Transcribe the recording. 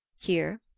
here?